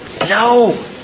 no